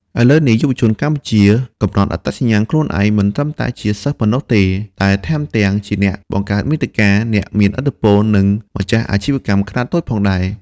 ឥឡូវនេះ យុវជនកម្ពុជាកំណត់អត្តសញ្ញាណខ្លួនឯងមិនត្រឹមតែជាសិស្សប៉ុណ្ណោះទេ តែថែមទាំងជាអ្នកបង្កើតមាតិកា អ្នកមានឥទ្ធិពល និងម្ចាស់អាជីវកម្មខ្នាតតូចផងដែរ។